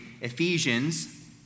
Ephesians